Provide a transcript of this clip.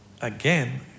again